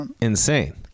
insane